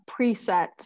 preset